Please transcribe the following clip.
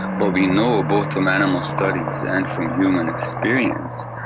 but we know, both from animal studies and from human experience,